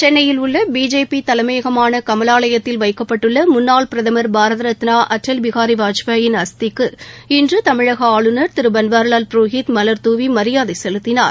சென்னையில் உள்ள பிஜேபி தலைமையகமாள கமலாலயத்தில் வைக்கப்பட்டுள்ள முன்னாள் பிரதமா் பாரத ரத்னா அடல் பிகாரி வாஜ்பாயின் அஸ்திக்கு இன்று தமிழக ஆளுநர் திரு பன்வாரிவால் புரோஹித் மலர்தூவி மரியாதை செலுத்தினார்